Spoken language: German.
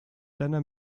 deiner